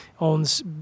owns